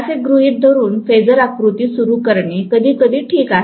असे गृहीत धरून फेजर आकृती सुरू करणे कधी कधी ठीक आहे